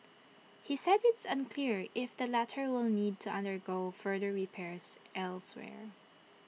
he said IT is unclear if the latter will need to undergo further repairs elsewhere